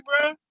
bro